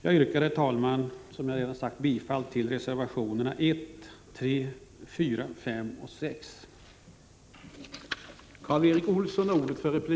Jag yrkar, herr talman, som sagt bifall till reservationerna 1, 3, 4, 5 och 6.